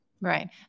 Right